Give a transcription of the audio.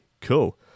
cool